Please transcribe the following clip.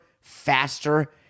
faster